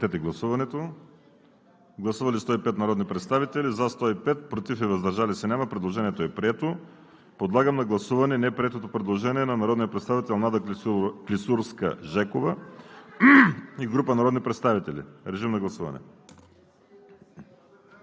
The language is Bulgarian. на гласуване. Гласували 105 народни представители: за 105, против и въздържали се няма. Предложението е прието. Подлагам на гласуване неприетото предложение на народния представител Надя Клисурска и група народни представители. Гласували